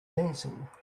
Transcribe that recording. dancing